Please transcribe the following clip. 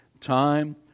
time